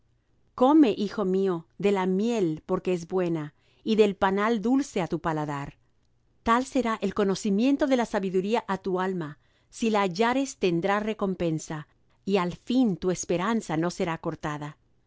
come hijo mío de la miel porque es buena y del panal dulce á tu paladar tal será el conocimiento de la sabiduría á tu alma si la hallares tendrá recompensa y al fin tu esperanza no será cortada